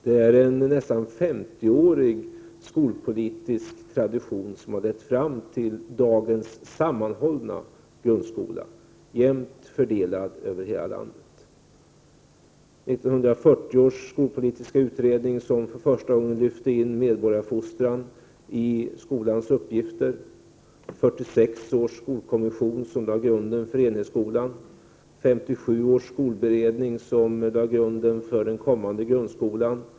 Det är en nästan 50-årig skolpolitisk tradition som har lett fram till dagens sammanhållna grundskola jämnt fördelad över hela landet. 1940 års skolpolitiska utredning lyfte för första gången in medborgarfostran i skolans uppgifter. 1946 års skolkommission lade grunden för enhetsskolan. 1957 års skolberedning lade grunden för den kommande grundskolan.